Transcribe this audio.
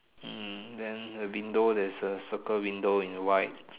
hmm then the window there's a circle window in white